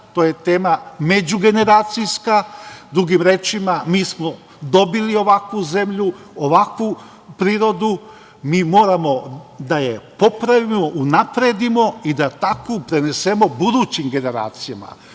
to je tema međugeneracijska, drugim rečima mi smo dobili ovakvu zemlju, ovakvu prirodu, mi moramo da je popravimo, unapredimo i da takvu prenesemo budućim generacijama. Tu